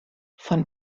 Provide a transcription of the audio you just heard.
von